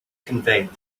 conveyed